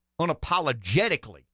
unapologetically